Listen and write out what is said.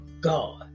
God